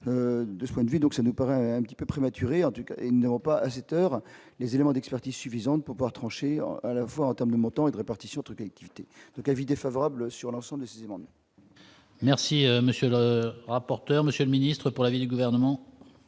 de ce point de vue, donc ça nous paraît un petit peu prématuré en tout cas, et n'pas à cette heure, les éléments d'expertise suffisante pour trancher à la fois en terme de montant et de répartition toute donc avis défavorable sur l'ensemble du monde. Merci, monsieur le rapporteur, monsieur le ministre pour l'avis du gouvernement.